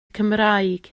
cymraeg